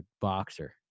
boxer